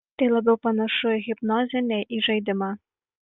tai labiau panašu į hipnozę nei į žaidimą